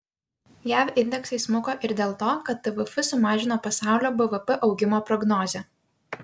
jav indeksai smuko ir dėl to kad tvf sumažino pasaulio bvp augimo prognozę